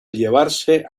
llevarse